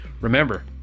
remember